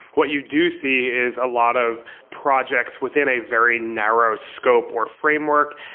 what you do see is a lot of projects within a very narrow scope or framework.